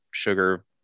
Sugar